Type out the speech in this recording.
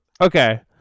okay